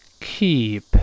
keep